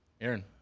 Aaron